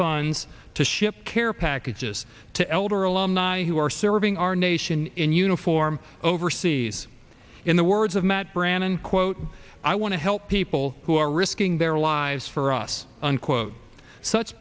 funds to ship care packages to elder alumni who are serving our nation in uniform overseas in the words of matt brandon quote i want to help people who are risking their lives for us unquote such